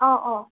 অঁ অঁ